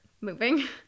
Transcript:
moving